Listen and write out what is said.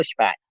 pushback